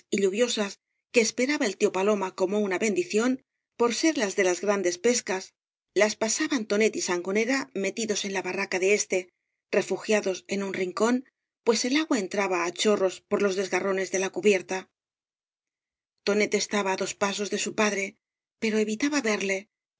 lluviosas que esperaba el tío paloma como una bendición por ser las de las grandes pescas las pasaban tonet y sangonera metidos en la barraca de éste refugiados en un rincón pues el agua entraba á chorros por los desgarrones de la cubierta tonet estaba á dos pasos de su padre pero evitaba verle